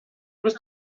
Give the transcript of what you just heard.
bist